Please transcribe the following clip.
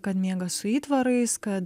kad miega su įtvarais kad